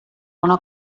una